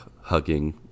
hugging